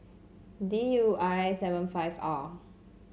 D U I seven five R